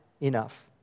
enough